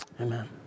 Amen